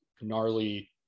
gnarly